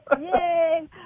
Yay